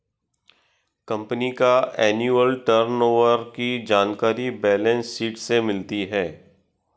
company का annual turnover की जानकारी बैलेंस शीट से मिलती है